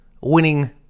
winning